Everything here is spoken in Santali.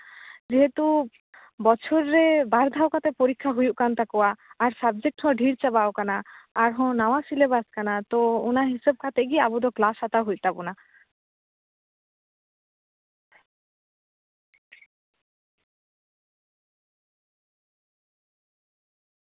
ᱡᱮᱦᱮᱛᱩ ᱵᱚᱪᱷᱚᱨ ᱨᱮ ᱵᱟᱨ ᱫᱷᱟᱣ ᱠᱟᱛᱮ ᱯᱚᱨᱤᱠᱠᱷᱟ ᱦᱩᱭᱩᱜ ᱠᱟᱱ ᱛᱟᱠᱚᱣᱟ ᱟᱨ ᱥᱟᱵᱡᱮᱠᱴ ᱦᱚᱸ ᱰᱷᱮᱨ ᱪᱟᱵᱟᱣ ᱠᱟᱱᱟ ᱟᱨᱦᱚᱸ ᱱᱟᱣᱟ ᱥᱤᱞᱮᱵᱟᱥ ᱠᱟᱱᱟ ᱛᱚ ᱚᱱᱟ ᱦᱤᱥᱟᱹᱵ ᱠᱟᱛᱮ ᱜᱮ ᱟᱵᱚ ᱫᱚ ᱠᱞᱟᱥ ᱦᱟᱛᱟᱣ ᱦᱩᱭᱩᱜ ᱛᱟᱵᱚᱱᱟ